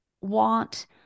want